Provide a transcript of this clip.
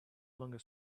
longer